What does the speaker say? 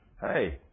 Hey